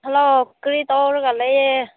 hello ꯀꯔꯤ ꯇꯧꯔꯒ ꯂꯩꯌꯦ